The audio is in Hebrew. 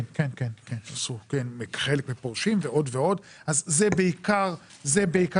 כן, חלק מפורשים ועוד ועוד, זה בעיקר העלייה.